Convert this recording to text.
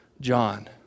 John